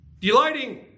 delighting